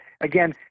again